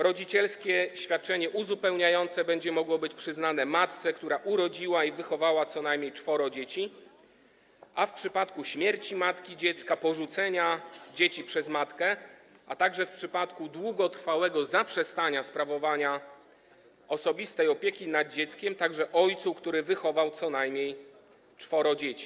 Rodzicielskie świadczenie uzupełniające będzie mogło być przyznane matce, która urodziła i wychowała co najmniej czworo dzieci, a w przypadku śmierci matki dziecka, porzucenia dzieci przez matkę, a także w przypadku długotrwałego zaprzestania sprawowania osobistej opieki nad dzieckiem - także ojcu, który wychował co najmniej czworo dzieci.